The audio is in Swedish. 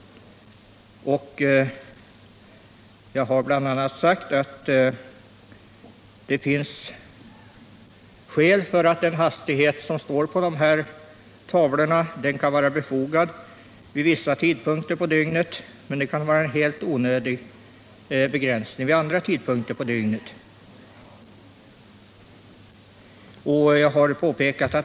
Jag har därvid framhållit att den påbjudna hastigheten kan vara befogad vid vissa tider av dygnet men kan innebära en helt onödig begränsning vid andra tider.